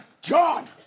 John